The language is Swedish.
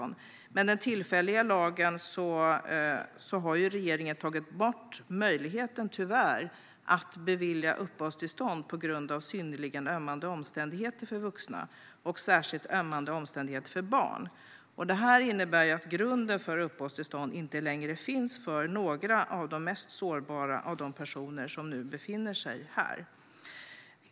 Men med den tillfälliga lagen har regeringen tyvärr tagit bort möjligheten att bevilja uppehållstillstånd på grund av synnerligen ömmande omständigheter för vuxna och särskilt ömmande omständigheter för barn. Det innebär att grunden för uppehållstillstånd inte längre finns för några av de mest sårbara personerna som nu befinner sig här.